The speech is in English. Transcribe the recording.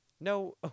No